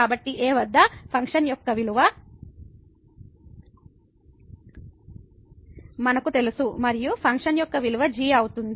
కాబట్టి a వద్ద function యొక్క విలువ మనకు తెలుసు మరియు ఫంక్షన్ యొక్క విలువ g అవుతుంది